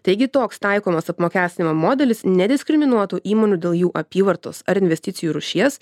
taigi toks taikomas apmokestinimo modelis nediskriminuotų įmonių dėl jų apyvartos ar investicijų rūšies